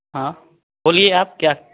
हाँ बोलिए आप क्या